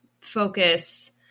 focus